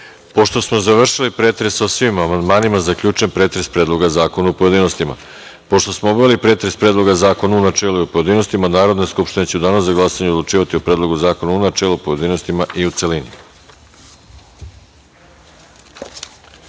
Pošto smo završili pretres o svim amandmanima, zaključujem pretres Predloga zakona u pojedinostima. Pošto smo obavili pretres Predloga zakona u načelu i u pojedinostima, Narodna skupština će u danu za glasanje odlučivati o Predlogu zakonu u načelu, pojedinostima i u celini. Primili